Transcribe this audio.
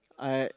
I